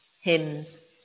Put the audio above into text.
hymns